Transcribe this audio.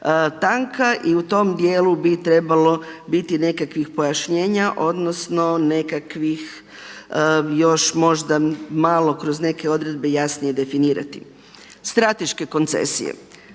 i u tom dijelu bi trebalo biti nekakvih pojašnjenja odnosno nekakvih još možda malo kroz neke odredbe jasnije definirati. Strateške koncesije.